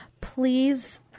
please